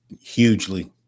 hugely